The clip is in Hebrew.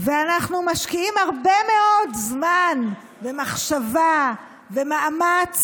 אנחנו משקיעים הרבה מאוד זמן, מחשבה ומאמץ